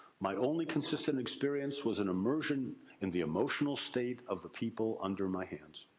my only consistent experience was an immersion in the emotional state of the people under my hands.